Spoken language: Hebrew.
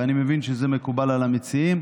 ואני מבין שזה מקובל על המציעים,